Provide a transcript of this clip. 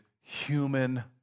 human